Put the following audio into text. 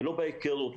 ולא בהיכרות.